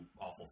awful